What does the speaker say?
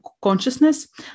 consciousness